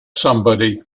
somebody